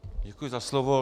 Děkuji za slovo.